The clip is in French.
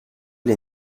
les